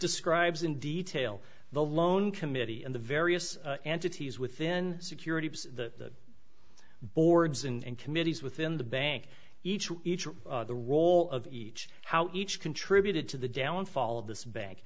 describes in detail the loan committee and the various entities within security that boards and committees within the bank each each of the role of each how each contributed to the downfall of this ba